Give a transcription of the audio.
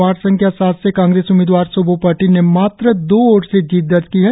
ward संख्या सात से कांग्रेस उम्मीदवार सोबो पर्टिन ने मात्र दो वोट से जीत दर्ज की है